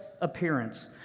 appearance